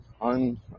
on